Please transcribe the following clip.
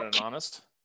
honest